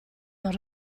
non